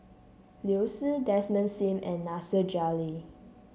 Liu Si Desmond Sim and Nasir Jalil